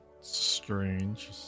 strange